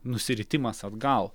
nusiritimas atgal